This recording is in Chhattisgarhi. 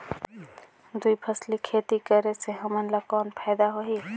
दुई फसली खेती करे से हमन ला कौन फायदा होही?